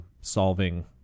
solving